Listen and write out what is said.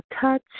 touch